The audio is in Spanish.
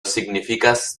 significas